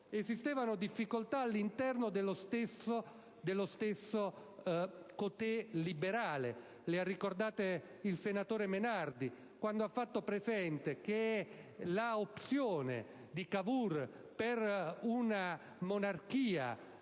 irrisolta, difficoltà all'interno dello stesso côté liberale: le ha ricordate il senatore Menardi, quando ha fatto presente che l'opzione di Cavour per una monarchia